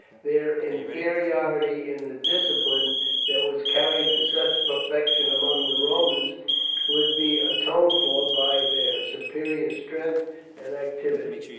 their inferiority in the discipline that was carried to such perfection among the romans would be atoned for by their superior strength and activity.